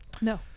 No